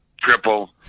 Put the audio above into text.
triple